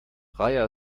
praia